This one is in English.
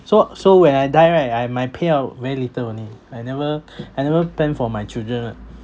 so so when I die right I my payout very little only I never I never plan for my children [one]